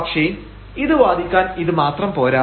പക്ഷേ ഇത് വാദിക്കാൻ ഇത് മാത്രം പോരാ